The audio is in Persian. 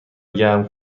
گرم